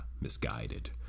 misguided